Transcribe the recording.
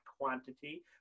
quantity